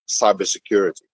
cybersecurity